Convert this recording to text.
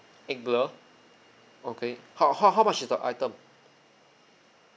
act blur okay how how how much is the item